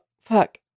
fuck